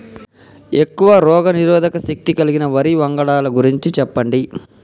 ఎక్కువ రోగనిరోధక శక్తి కలిగిన వరి వంగడాల గురించి చెప్పండి?